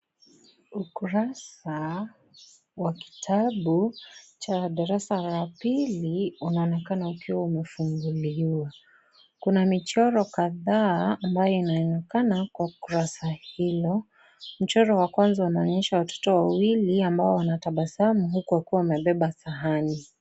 Ukurasa wa kitabu cha darasa la pili, unaonekana ukiwa umefunguliwa. Kuna michoro kadhaa ambayo inaonekana kwa kurasa hulo. Mchoro wa kwanza unaonyesha watoto wawili, ambao wanatabasamu huku wakiwa wamebeba kanzu.